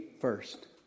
first